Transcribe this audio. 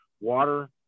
water